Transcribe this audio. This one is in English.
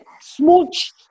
smooch